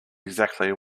exactly